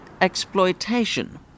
exploitation